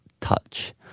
touch